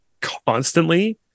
constantly